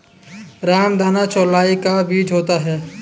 रामदाना चौलाई का बीज होता है